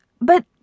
But